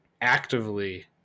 actively